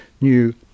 new